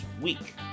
week